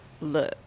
Look